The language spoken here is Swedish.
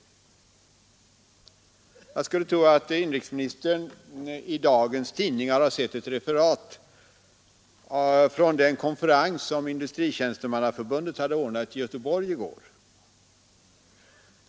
Jag skulle tro att inrikesministern i dagens tidningar sett ett referat från den konferens som Industritjänstemannaförbundet hade ordnat i Göteborg i går.